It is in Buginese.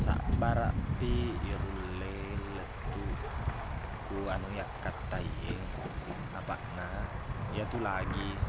Sabbaraqpi irulle lettuq ku yanu yakkattai e apaqna iyatu lagi